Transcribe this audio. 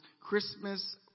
Christmas